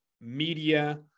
Media